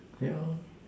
yeah